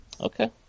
Okay